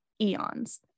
eons